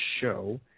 show